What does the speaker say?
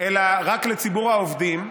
אלא רק לציבור העובדים.